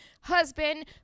husband